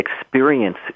experience